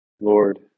Lord